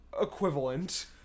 equivalent